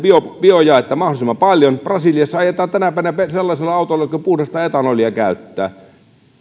biojaetta mahdollisimman paljon brasiliassa ajetaan tänä päivänä sellaisilla autoilla jotka käyttävät puhdasta etanolia